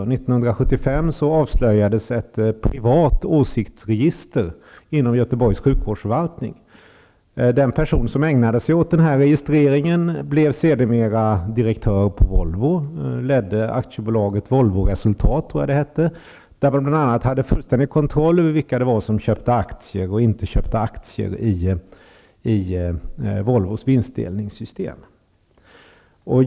År 1975 avslöjades ett privat åsiktsregister inom Göteborgs sjukvårdsförvaltning. Den person som ägnade sig åt den här registreringen blev sedermera direktör på Volvo och ledde AB Volvoresultat, tror jag det hette. Där hade man bl.a. fullständig kontroll över vilka det var som köpte aktier och inte köpte aktier i Volvos vinstdelningssystem.